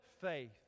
faith